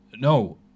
No